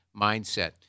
mindset